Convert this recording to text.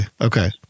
Okay